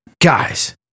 Guys